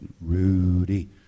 Rudy